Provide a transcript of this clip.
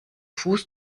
fuß